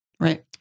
right